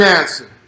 answer